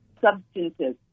substances